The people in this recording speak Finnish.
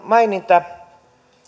maininta